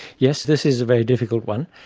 yes, this is a very difficult one.